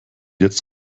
jetzt